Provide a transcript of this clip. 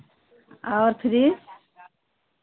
और फ्रीज